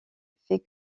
fait